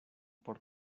por